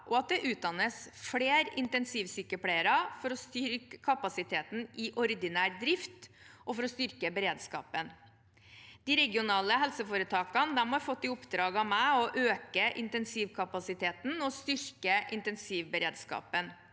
og at det utdannes flere intensivsykepleiere for å styrke kapasiteten i ordinær drift og for å styrke beredskapen. De regionale helseforetakene har fått i oppdrag av meg å øke intensivkapasiteten og styrke intensivberedskapen.